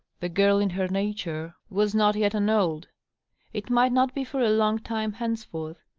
the girl in her nature was not yet annulled it might not be for a long time henceforth.